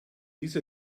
diese